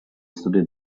studied